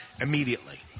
immediately